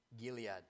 Gilead